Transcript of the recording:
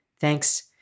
Thanks